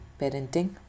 Parenting